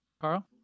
Carl